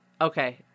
Okay